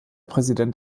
präsident